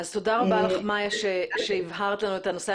תודה רבה לך שהבהרת לנו את הנושא.